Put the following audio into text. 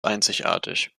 einzigartig